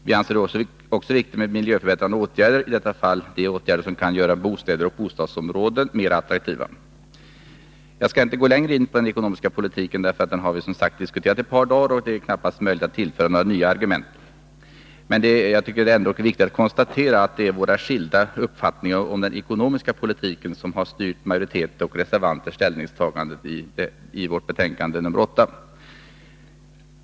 Vi anser det vidare viktigt med miljöförbättrande åtgärder— i detta fall de åtgärder som kan göra bostäder och bostadsområden mer attraktiva. Jag skall inte gå längre in på den ekonomiska politiken, för den har vi som sagt diskuterat ett par dagar, och det är knappast möjligt att tillföra några nya argument. Jag tycker ändå att det är viktigt att konstatera att det är våra skilda uppfattningar om den ekonomiska politiken som har styrt majoritetens och reservanternas ställningstaganden i vårt betänkande nr 8.